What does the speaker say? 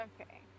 Okay